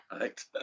right